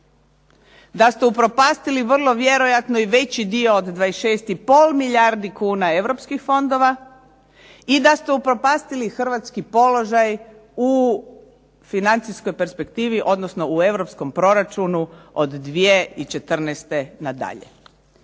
da ste upropastili vrlo vjerojatno i veći dio od 26,5 milijardi kuna europskih fondova i da ste upropastili hrvatski položaj u financijskoj perspektivi odnosno u europskom proračunu od 2014. nadalje.